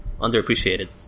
underappreciated